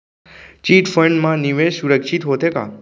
Chit fund मा निवेश सुरक्षित होथे का?